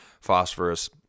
phosphorus